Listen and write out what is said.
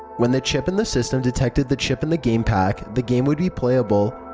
when the chip in the system detected the chip in the game pak, the game would be playable.